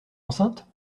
enceinte